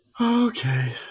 okay